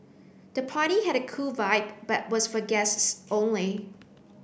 the party had a cool vibe but was for guests only